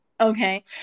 Okay